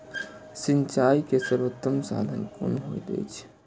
सिंचाई के सर्वोत्तम साधन कुन होएत अछि?